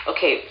Okay